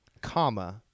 comma